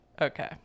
Okay